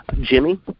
Jimmy